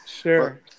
Sure